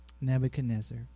Nebuchadnezzar